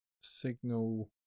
signal